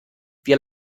wir